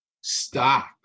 stop